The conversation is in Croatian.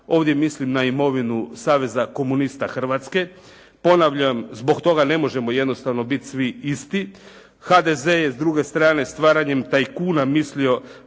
ovdje mislim na imovinu Saveza komunista Hrvatske. Ponavljam, zbog toga ne možemo jednostavno biti svi isti. HDZ je s druge strane stvaranjem tajkuna mislio